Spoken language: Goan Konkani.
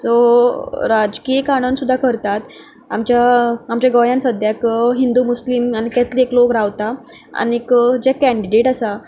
सो राजकीय कारण सुद्दां करतात आमच्या आमच्या गोंयांत सद्याक हिंदू मुस्लीम आनी कॅथलीक लोक रावता आनी जे कँडिडेट आसा